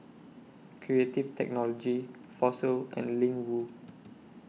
Creative Technology Fossil and Ling Wu